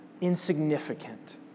insignificant